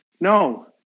No